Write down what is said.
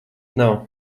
nav